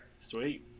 Sweet